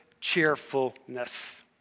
cheerfulness